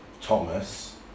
Thomas